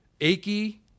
achy